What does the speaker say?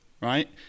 right